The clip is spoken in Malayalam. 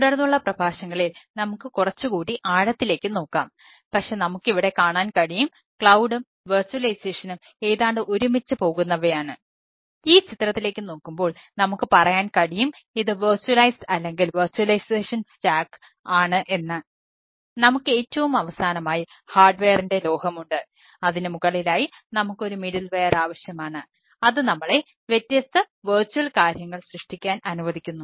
തുടർന്നുള്ള പ്രഭാഷണങ്ങളിൽ നമുക്ക് കുറച്ചുകൂടി ആഴത്തിലേക്ക് നോക്കാം പക്ഷേ നമുക്ക് ഇവിടെ കാണാൻ കഴിയും ക്ളൌഡും കാര്യങ്ങൾ സൃഷ്ടിക്കാൻ അനുവദിക്കുന്നു